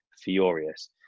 furious